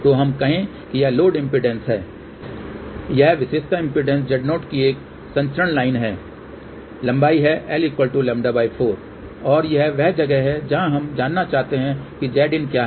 तो हम कहें कि यह लोड इम्पीडेन्स है यह विशेषता इम्पीडेन्स Z0 की एक संचरण लाइन है लंबाई है lλ4 और यह वह जगह है जहाँ हम जानना चाहते हैं कि Zin क्या है